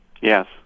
Yes